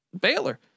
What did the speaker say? Baylor